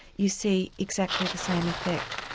you see exactly the same effect.